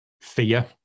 fear